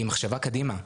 והיא מחשבה קדימה,